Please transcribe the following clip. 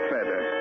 Feather